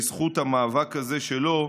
בזכות המאבק הזה שלו,